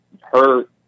hurt